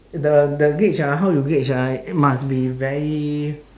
the the gauge ah how you gauge ah it must be very